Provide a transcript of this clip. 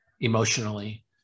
emotionally